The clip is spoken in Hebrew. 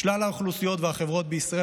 משלל האוכלוסיות והחברות בישראל,